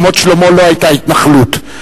רמת-שלמה לא היתה התנחלות.